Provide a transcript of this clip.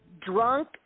drunk